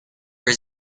were